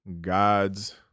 God's